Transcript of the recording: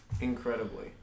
Incredibly